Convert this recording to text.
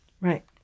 right